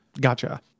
Gotcha